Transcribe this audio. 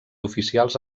oficials